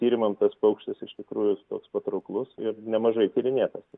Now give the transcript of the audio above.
tyrimam tas paukštis iš tikrųjų toks patrauklus ir nemažai tyrinėtas